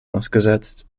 ausgesetzt